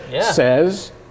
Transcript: says